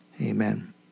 Amen